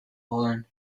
holen